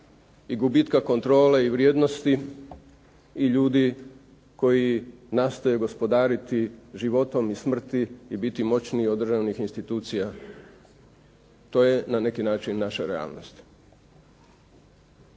i gubitka kontrole i vrijednosti i ljudi koji nastoje gospodariti životom i smrti i biti moćniji od državnih institucija to je na neki način naša realnost.